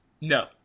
No